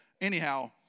Anyhow